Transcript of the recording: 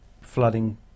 flooding